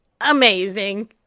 amazing